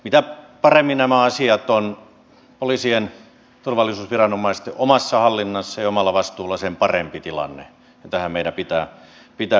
mitä paremmin nämä asiat ovat poliisien turvallisuusviranomaisten omassa hallinnassa ja omalla vastuulla sen parempi tilanne ja tähän meidän pitää pyrkiä